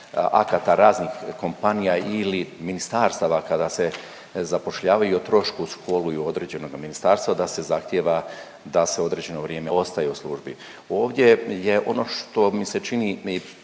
akata raznih kompanija ili ministarstva kada se zapošljavaju i o trošku školuju određeno ministarstvo da se zahtjeva da se određeno vrijeme ostaje u službi. Ovdje je ono što mi se čini